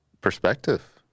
Perspective